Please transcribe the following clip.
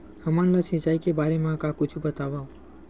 हमन ला सिंचाई के बारे मा कुछु बतावव?